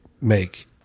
make